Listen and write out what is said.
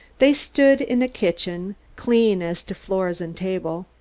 they stood in a kitchen, clean as to floors and tables,